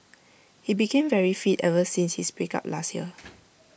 he became very fit ever since his break up last year